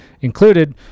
included